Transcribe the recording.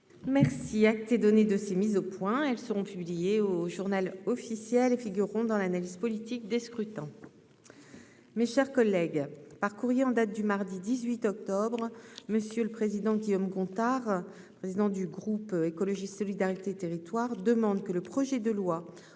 Merci a été donné de ces mises au point, elles seront publiées au Journal officiel et figureront dans l'analyse politique des scrutins, mes chers collègues par courrier en date du mardi 18 octobre monsieur le Président, Guillaume Gontard, président du groupe écologiste solidarité territoire demande que le projet de loi